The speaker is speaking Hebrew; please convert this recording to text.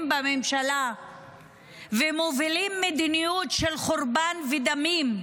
בממשלה ומובילים מדיניות של חורבן ודמים,